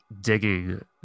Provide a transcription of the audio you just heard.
digging